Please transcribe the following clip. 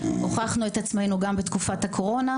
הוכחנו את עצמנו גם בתקופת הקורונה,